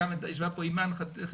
ישבה פה גם אימאן ח'טיב.